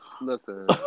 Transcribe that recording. Listen